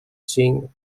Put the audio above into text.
cinc